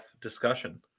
discussion